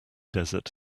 desert